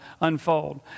unfold